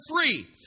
free